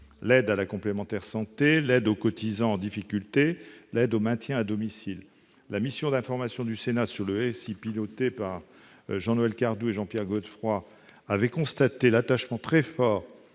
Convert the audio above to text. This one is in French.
l'aide à la complémentaire santé, l'aide aux cotisants en difficulté et l'aide au maintien à domicile. La mission sénatoriale d'évaluation et de contrôle sur le RSI, pilotée par Jean-Noël Cardoux et Jean-Pierre Godefroy, avait constaté l'attachement très fort